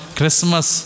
Christmas